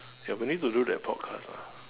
ya we need to do that podcast lah